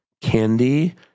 candy